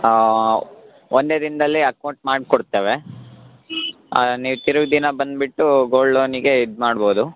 ಹಾಂ ಒಂದೇ ದಿನದಲ್ಲಿ ಅಕೌಂಟ್ ಮಾಡಿಕೊಡ್ತೇವೆ ನೀವು ತಿರುವ್ ದಿನ ಬಂದುಬಿಟ್ಟು ಗೋಲ್ಡ್ ಲೋನಿಗೆ ಇದು ಮಾಡ್ಬೋದು